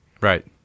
right